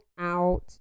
out